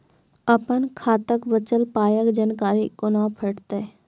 अपन खाताक बचल पायक जानकारी कूना भेटतै?